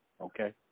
Okay